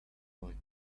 point